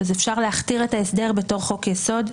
אז אפשר להכתיר את ההסדר בתור חוק יסוד,